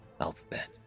alphabet